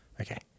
Okay